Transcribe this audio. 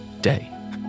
day